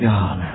God